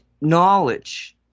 knowledge